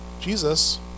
Jesus